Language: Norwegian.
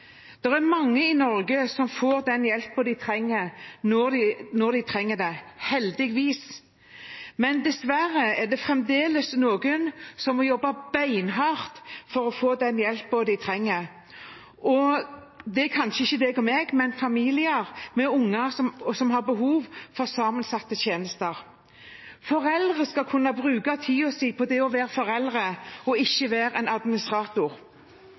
er mange i Norge som får den hjelpen de trenger, når de trenger det – heldigvis. Men dessverre er det fremdeles noen som må jobbe beinhardt for å få den hjelpen de trenger. Det er kanskje ikke deg og meg, men familier med unger som har behov for sammensatte tjenester. Foreldre skal kunne bruke tiden sin på det å være foreldre og ikke være en administrator.